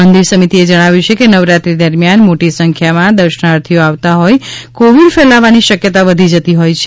મંદિર સમિતિએ જણાવ્યુ છે કે નવરાત્રી દરમિયાન મોટી સંખ્યામાં દર્શનાર્થીઓ આવતા હોઇ કોવિડ ફેલાવવાની શકયતા વધી જતી હોય છે